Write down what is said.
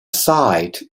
site